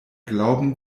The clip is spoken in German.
glauben